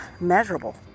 measurable